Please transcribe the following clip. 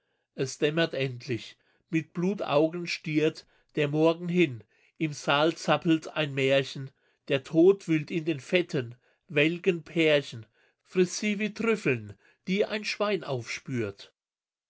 es dämmert endlich mit blutaugen stiert der morgen hin im saal zappelt ein märchen der tod wühlt in den fetten welken pärchen frißt sie wie trüffeln die ein schwein aufspürt